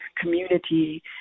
community